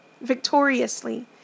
victoriously